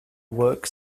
work